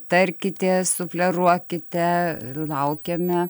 tarkitės sufleruokite laukiame